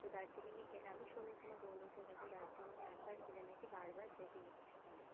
তো দার্জিলিংয়ে গেলে আমি শুনেছি আমার বন্ধুদের কাছে দার্জিলিংয়ে একবার গেলে নাকি বারবার যেতে ইচ্ছে করে